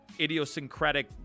idiosyncratic